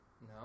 No